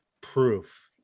proof